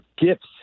gifts